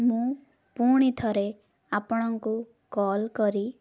ମୁଁ ପୁଣି ଥରେ ଆପଣଙ୍କୁ କଲ୍ କରି